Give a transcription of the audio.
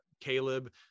caleb